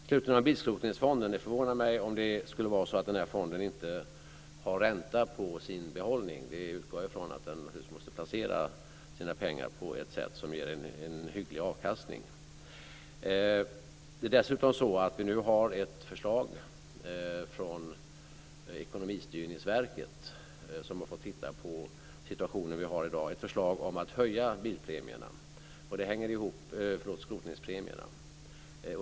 Slutligen förvånar det mig om det skulle vara så att bilskrotningsfonden inte har ränta på sin behållning. Jag utgår från att den måste placera sina pengar på ett sätt som ger en hygglig avkastning. Vi har dessutom ett förslag från Ekonomistyrningsverket, som har fått titta närmare på den situation vi har i dag, om att höja skrotningspremierna.